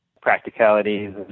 practicalities